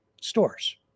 stores